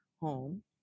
home